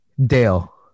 Dale